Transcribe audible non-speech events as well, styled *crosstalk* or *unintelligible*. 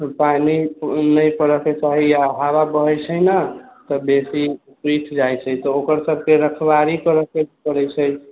पानि नहि पड़त तऽहैया हवा बहैत छै ने तऽ बेसी *unintelligible* जाइत छै ओकर सबके रखवारी करऽके पड़ैत छै